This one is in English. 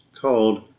called